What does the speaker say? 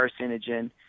carcinogen